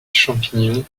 champignon